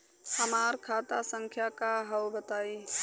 हमार खाता संख्या का हव बताई?